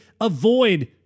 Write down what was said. avoid